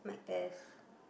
test